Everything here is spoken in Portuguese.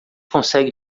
consegue